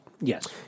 Yes